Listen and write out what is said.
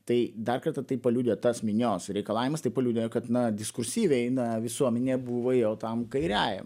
tai dar kartą tai paliudija tas minios reikalavimas tai paliudija kad na diskursyviai eina visuomenė buvo jau tam kairiajam